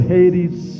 Hades